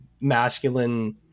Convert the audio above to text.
masculine